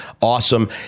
awesome